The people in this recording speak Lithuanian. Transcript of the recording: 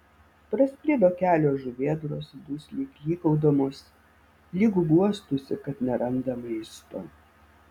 praskrido kelios žuvėdros dusliai klykaudamos lyg guostųsi kad neranda maisto